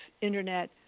Internet